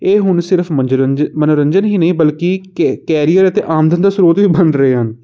ਇਹ ਹੁਣ ਸਿਰਫ ਮਜੋਰਜ ਮਨੋਰੰਜਨ ਹੀ ਨਹੀਂ ਬਲਕਿ ਕੈ ਕੈਰੀਅਰ ਅਤੇ ਆਮਦਨ ਦਾ ਸਰੋਤ ਵੀ ਬਣ ਰਹੇ ਹਨ